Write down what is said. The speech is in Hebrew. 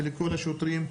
ולכל השוטרים.